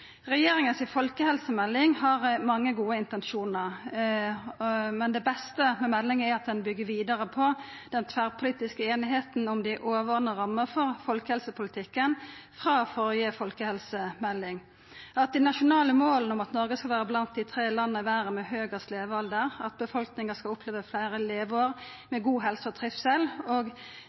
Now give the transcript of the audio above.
Regjeringa si folkehelsemelding har mange gode intensjonar, men det beste med meldinga er at ho byggjer vidare på den tverrpolitiske einigheita om dei overordna rammene for folkehelsepolitikken frå førre folkehelsemelding. Dei nasjonale måla er at Noreg skal vera blant dei tre landa i verda med høgast levealder, at befolkninga skal oppleva fleire leveår med god helse og trivsel, at sosiale helseforskjellar vert reduserte, og